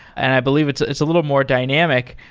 and i believe it's it's a little more dynamic.